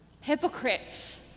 Hypocrites